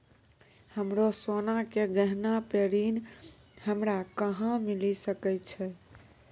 हमरो सोना के गहना पे ऋण हमरा कहां मिली सकै छै?